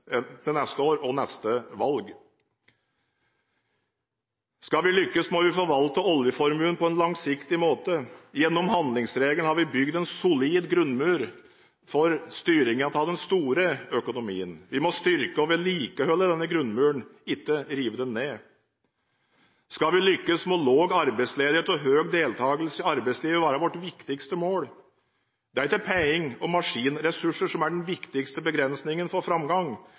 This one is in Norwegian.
valg. Skal vi lykkes, må vi forvalte oljeformuen på en langsiktig måte. Gjennom handlingsregelen har vi bygd en solid grunnmur for styringen av den «store» økonomien. Vi må styrke og vedlikeholde denne grunnmuren – ikke rive den ned. Skal vi lykkes, må lav arbeidsledighet og høy deltakelse i arbeidslivet være våre viktigste mål. Det er ikke penger og maskinressurser som er de viktigste begrensingene for framgang,